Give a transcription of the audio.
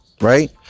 right